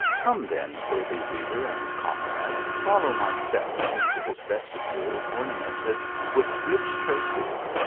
come, then, worthy reader and comrade, follow my steps into this vestibule ornamented with rich tracery,